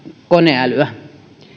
koneälyä